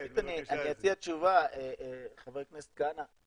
אני אציע תשובה, חבר הכנסת כהנא.